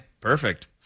perfect